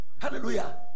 Hallelujah